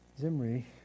Zimri